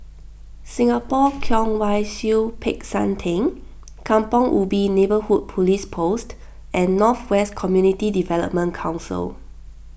Singapore Kwong Wai Siew Peck San theng Kampong Ubi Neighbourhood Police Post and North West Community Development Council